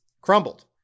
crumbled